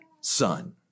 Son